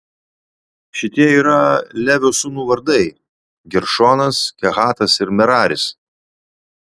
šitie yra levio sūnų vardai geršonas kehatas ir meraris